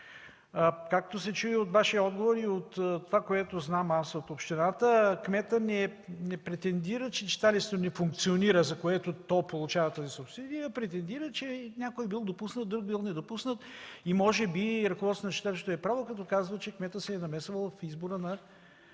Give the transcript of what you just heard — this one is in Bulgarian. Както се чу от Вашия отговор и от това, което знам от общината, кметът не претендира, че читалището не функционира, за което то получава тази субсидия, а претендира, че някой бил допуснат, пък друг не бил допуснат. Може би ръководството на читалището е право, като казва, че кметът се е намесил в избора на